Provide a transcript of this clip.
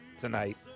tonight